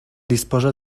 disposa